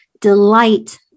delight